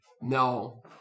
No